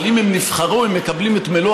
אבל אם הם נבחרו הם מקבלים את מלוא